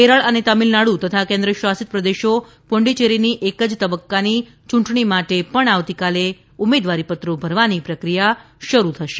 કેરળ અને તમિળનાડુ તથા કેન્દ્રશાસિત પ્રદેશો પુડુચ્ચેરીની એક જ તબક્કાની ચૂંટણી માટે પણ આવતીકાલે ઉમેદવારીપત્રો ભરવાની પ્રક્રિયા શરૂ થશે